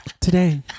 today